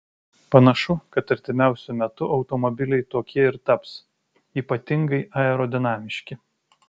panašu kad artimiausiu metu automobiliai tokie ir taps ypatingai aerodinamiški